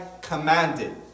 commanded